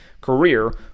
career